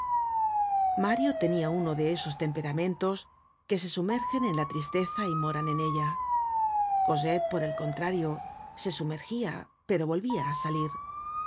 mario tenia uno de esos temperamentos que se sumergen en la tristeza y moran en ella cosette por el contrario se sumergia pero volvia á salir